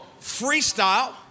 Freestyle